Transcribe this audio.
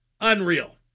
Unreal